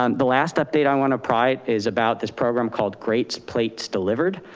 um the last update i wanna provide is about this program called great plates delivered.